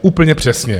Úplně přesně.